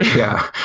yeah.